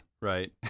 right